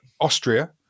Austria